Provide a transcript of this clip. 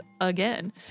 again